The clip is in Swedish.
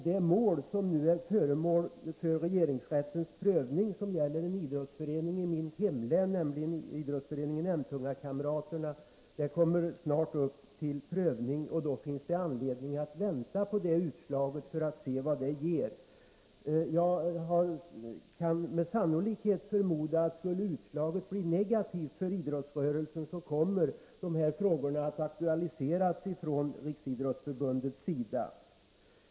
Det fall som nu är föremål för regeringsrättens prövning och som gäller en idrottsförening i mitt hemlän, nämligen Idrottsföreningen Emtungakamraterna kommer snart upp till avgörande. Då finns det anledning att vänta på det utslaget för att se vad det ger. Skulle utslaget bli negativt för idrottsrörelsen, kommer dessa frågor sannolikt att aktualiseras från Riksidrottsförbundets sida.